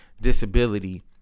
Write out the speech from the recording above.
disability